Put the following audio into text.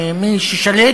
ממי ששולט,